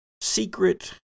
secret